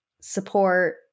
support